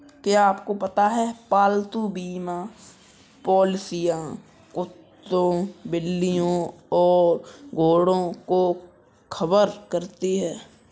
क्या आपको पता है पालतू बीमा पॉलिसियां कुत्तों, बिल्लियों और घोड़ों को कवर करती हैं?